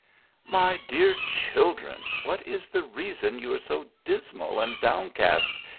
my dear children, what is the reason you are so dismal and downcast,